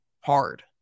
hard